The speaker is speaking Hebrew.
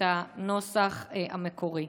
את הנוסח המקורי: